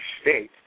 state